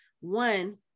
One